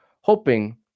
hoping